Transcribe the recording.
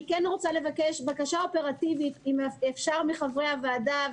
אני כן רוצה לבקש בקשה אופרטיבית מחברי הוועדה,